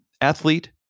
athlete